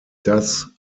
das